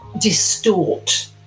distort